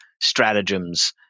stratagems